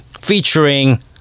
featuring